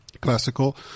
classical